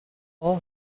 all